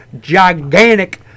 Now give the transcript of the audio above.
gigantic